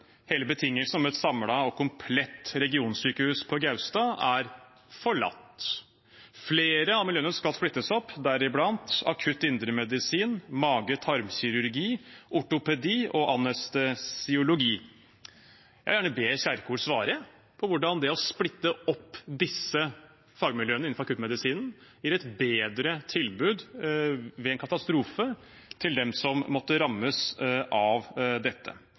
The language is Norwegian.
hele betingelsen om et samlet og komplett regionsykehus på Gaustad er forlatt. Flere av miljøene skal splittes opp, deriblant akutt indremedisin, mage-tarm-kirurgi, ortopedi og anestesiologi. Jeg vil gjerne be Kjerkol svare på hvordan det å splitte opp disse fagmiljøene innenfor akuttmedisinen gir et bedre tilbud ved en katastrofe, til dem som måtte rammes av dette.